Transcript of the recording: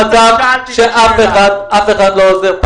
במצב שאף אחד לא עוזר לנו.